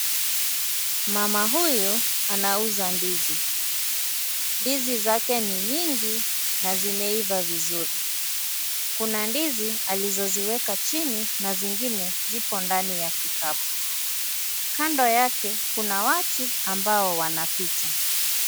Mama huyu anauza ndizi, ndizi zake ni nyingi na zimeiva vizuri, kuna ndizi alizoziweka chini na zingine zipo ndani ya kikapu, kando yake kuna watu ambao wanapita.